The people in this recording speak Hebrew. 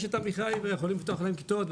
יש את עמיחי והם יכולים לפתוח להם כיתות,